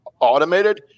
automated